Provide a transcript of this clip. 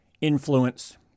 influence